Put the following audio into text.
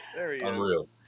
Unreal